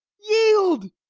yield,